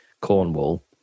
Cornwall